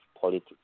politics